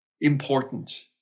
important